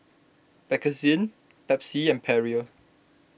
Bakerzin Pepsi and Perrier